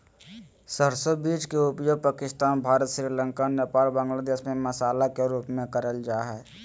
सरसो बीज के उपयोग पाकिस्तान, भारत, श्रीलंका, नेपाल, बांग्लादेश में मसाला के रूप में करल जा हई